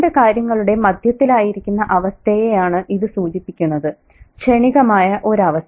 രണ്ടു കാര്യങ്ങളുടെ മധ്യത്തിലായിരിക്കുന്ന അവസ്ഥയെയാണ് ഇത് സൂചിപ്പിക്കുന്നത് ക്ഷണികമായ ഒരു അവസ്ഥ